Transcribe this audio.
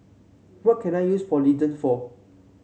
what can I use Polident for